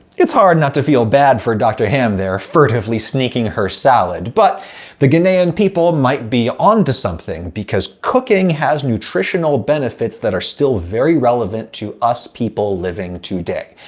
it's hard not to feel bad for dr. ham there, furtively sneaking her salad but the ghanaian people might be onto something, because cooking has nutritional benefits that are still very relevant to us people living today.